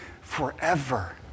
forever